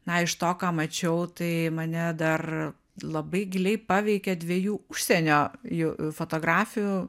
na iš to ką mačiau tai mane dar labai giliai paveikė dviejų užsienio ju fotografių